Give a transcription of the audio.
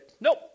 nope